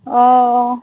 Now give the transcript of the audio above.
অঁ